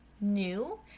new